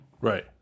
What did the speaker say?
Right